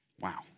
Wow